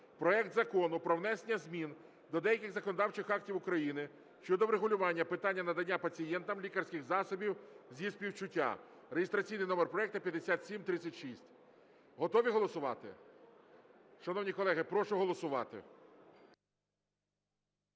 проект Закону про внесення змін до деяких законодавчих актів України щодо врегулювання питання надання пацієнтам лікарських засобів зі співчуття (реєстраційний номер проекту 5736). Готові голосувати? Шановні колеги, прошу голосувати.